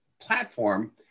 platform